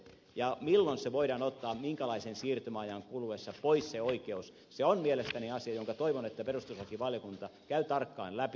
milloin se lopetus tapahtuu milloin se oikeus voidaan ottaa pois minkälaisen siirtymäajan kuluessa on mielestäni asia jonka toivon perustuslakivaliokunnan käyvän tarkkaan läpi